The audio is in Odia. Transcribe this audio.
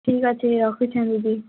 ଠିକ୍ ଅଛି ରଖୁଛେ ଦିଦି